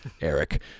Eric